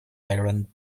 iron